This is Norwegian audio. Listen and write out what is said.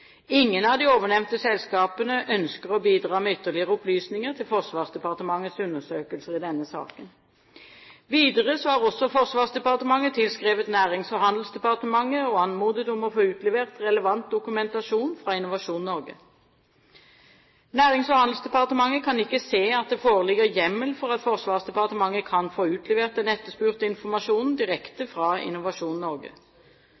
Ingen av de ovennevnte selskapene ønsker å bidra med ytterligere opplysninger til Forsvarsdepartements undersøkelser i denne saken. Videre har Forsvarsdepartementet tilskrevet Nærings- og handelsdepartementet og anmodet om å få utlevert relevant dokumentasjon fra Innovasjon Norge. Nærings- og handelsdepartementet kan ikke se at det foreligger hjemmel for at Forsvarsdepartementet kan få utlevert den etterspurte informasjonen direkte fra Innovasjon Norge.